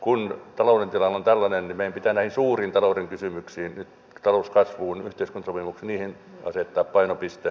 kun talouden tilanne on tällainen niin meidän pitää näihin suuriin talouden kysymyksiin talouskasvuun yhteiskuntasopimukseen asettaa painopiste